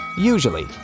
Usually